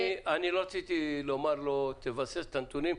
אני רציתי לומר לו תבסס את הנתונים.